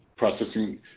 processing